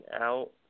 out